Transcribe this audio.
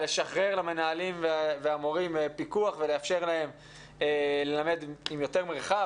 לשחרר למנהלים והמורים פיקוח ולאפשר להם ללמד עם יותר מרחב,